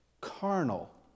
carnal